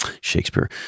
Shakespeare